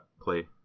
play